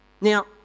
Now